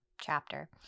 chapter